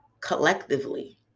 collectively